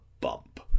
bump